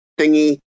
thingy